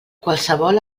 qualsevol